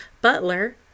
Butler